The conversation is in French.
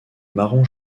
marron